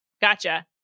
Gotcha